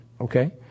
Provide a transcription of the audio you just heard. Okay